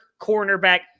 cornerback